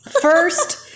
first